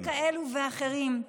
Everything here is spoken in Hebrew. דברים כאלה ואחרים.